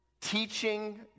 teaching